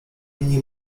linii